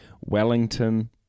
Wellington